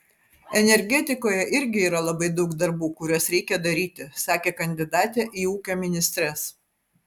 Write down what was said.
energetikoje irgi yra labai daug darbų kuriuos reikia daryti sakė kandidatė į ūkio ministres